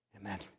Amen